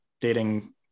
dating